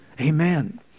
Amen